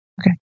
Okay